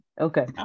Okay